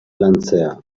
lantzea